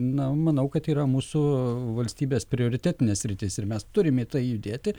na manau kad tai yra mūsų valstybės prioritetinė sritis ir mes turim į tai judėti